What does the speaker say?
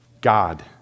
God